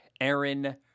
Aaron